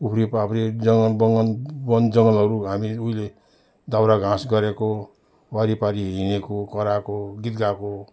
उफ्री पाफ्री जङ्गल बगान वन जङ्गलहरू हामी उहिले दाउरा घाँस गरेको वारिपारि हिँडेको कराएको गीत गाएको